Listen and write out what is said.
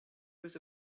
was